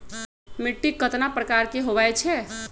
मिट्टी कतना प्रकार के होवैछे?